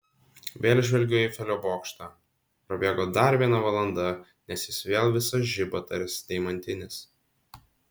vėl žvelgiu į eifelio bokštą prabėgo dar viena valanda nes jis vėl visas žiba tarsi deimantinis